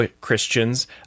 Christians